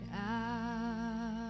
out